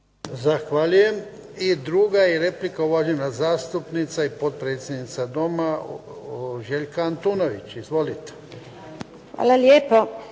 Zahvaljujem. Druga je replika uvažena zastupnica i potpredsjednica Doma Željka Antunović. Izvolite. **Antunović,